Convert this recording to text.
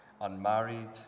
unmarried